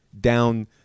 down